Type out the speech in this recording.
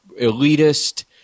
elitist